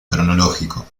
cronológico